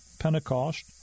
Pentecost